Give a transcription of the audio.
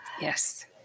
yes